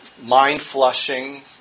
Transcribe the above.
mind-flushing